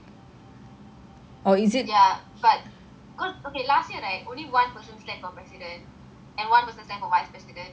ya but because okay last year right only one person stand for president and one person stand for vice president so no choice must be them